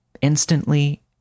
Instantly